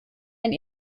ein